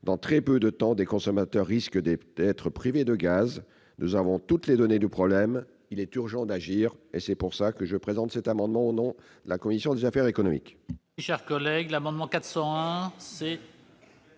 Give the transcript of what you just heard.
dans très peu de temps, des consommateurs risquent d'être privés de gaz. Nous avons toutes les données du problème ; il est temps d'agir ! C'est pourquoi je présente cet amendement, au nom de la commission des affaires économiques.